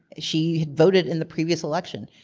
she had voted in the previous election.